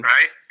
Right